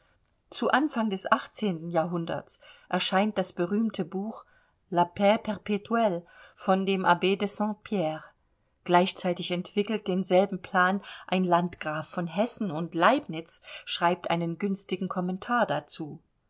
zu anfang des jahrhunderts erscheint das berühmte buch la paix perptuelle von dem abb de st pierre gleichzeitig entwickelt denselben plan ein landgraf von hessen und leibnitz schreibt einen günstigen kommentar dazu